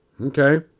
okay